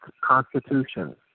constitution